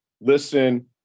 listen